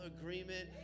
agreement